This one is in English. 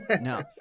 No